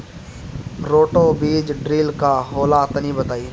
Roto बीज drill का होला तनि बताई?